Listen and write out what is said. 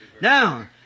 Now